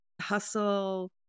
hustle